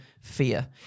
fear